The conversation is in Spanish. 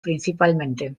principalmente